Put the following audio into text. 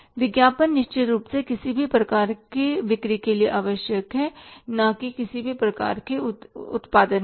विज्ञापन निश्चित रूप से किसी भी प्रकार के बिक्री के लिए आवश्यक है न कि किसी भी प्रकार के उत्पादन के लिए